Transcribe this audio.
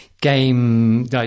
game